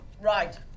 Right